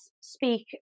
speak